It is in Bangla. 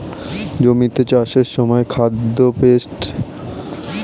জমিতে চাষের সময় খাদ্যে পেস্ট লেগে খাবার নষ্ট হয়ে যায়